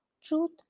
Truth